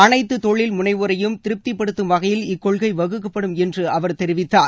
அனைத்து தொழில் முனைவோரையும் திருப்தி படுத்தும் வகையில் இக்கொள்கை வகுக்கப்படும் என்று அவர் தெரிவித்தார்